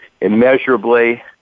immeasurably